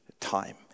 time